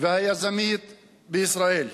והיזמית בישראל.